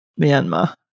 Myanmar